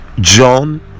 john